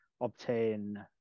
obtain